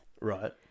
Right